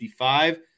55